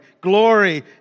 glory